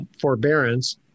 forbearance